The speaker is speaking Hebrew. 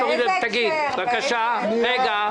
אי אפשר לברוח מהעניין הזה.